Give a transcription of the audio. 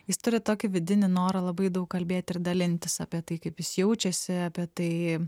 jis turi tokį vidinį norą labai daug kalbėti ir dalintis apie tai kaip jis jaučiasi apie tai